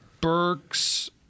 Burks